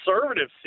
conservative